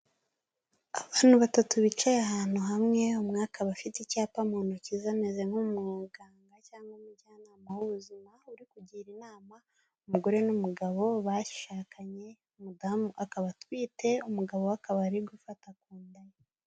Abantu batatu bicaye ahantu hamwe, umwe akab’afite icyapa mu ntoki ze ameze nk'umuganga cyangwa umujyanama w'ubuzima, uri kugira inama umugore n'umugabo bashakanye umudamu akaba atwite, umugabo we akaba ari gufata ku nda.